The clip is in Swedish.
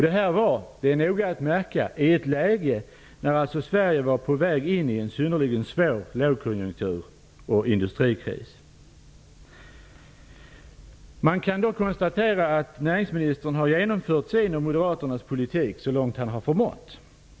Detta var -- och det är noga att märka -- i ett läge då Sverige var på väg in i en synnerligen svår lågkonjunktur och industrikris. Man kan dock konstatera att näringsministern har genomfört sin och Moderaternas politik så långt han har förmått.